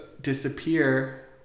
disappear